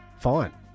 Fine